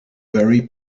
very